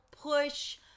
push